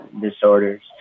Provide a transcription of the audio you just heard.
disorders